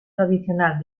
tradicional